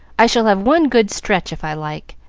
i shall have one good stretch, if i like.